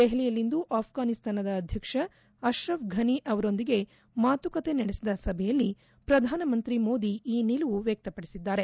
ದೆಹಲಿಯಲ್ಲಿಂದು ಅಪ್ರಾನಿಸ್ತಾನ ಅಧ್ಯಕ್ಷ ಅಕ್ರಫ್ ಫನಿ ಅವರೊಂದಿಗೆ ಮಾತುಕತೆ ನಡೆಸಿದ ಸಭೆಯಲ್ಲಿ ಪ್ರಧಾನಮಂತ್ರಿ ಮೋದಿ ಈ ನಿಲುವು ವ್ಚಕ್ತಪಡಿಸಿದ್ದಾರೆ